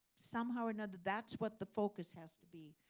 somehow or another, that's what the focus has to be,